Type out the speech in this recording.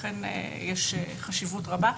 ולכן יש לזה חשיבות רבה.